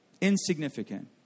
Insignificant